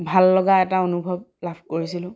ভাল লগা এটা অনুভৱ লাভ কৰিছিলোঁ